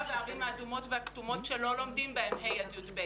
בערים האדומות והכתומות שלא לומדים בהם ה' עד י"ב: